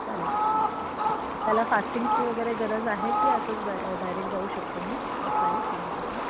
चालेल त्याला फास्टिंगची वगैरे गरज आहे की असंच जा डायरेक्ट जाऊ शकते मी सकाळी किंवा कसं